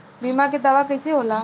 बीमा के दावा कईसे होला?